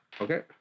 Okay